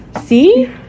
See